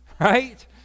right